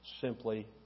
simply